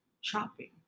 shopping